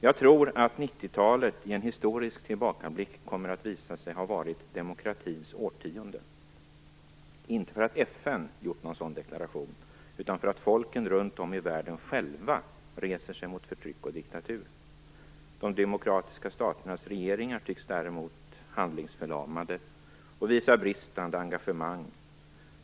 Jag tror att 90-talet i en historisk tillbakablick kommer att visa sig ha varit "demokratins årtionde" - inte därför att FN gjort någon sådan deklaration, utan därför att folken runt om i världen själva har rest sig mot förtryck och diktatur. De demokratiska staternas regeringar tycks däremot vara handlingsförlamade och visar bristande engagemang.